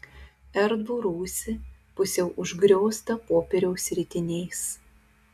erdvų rūsį pusiau užgrioztą popieriaus ritiniais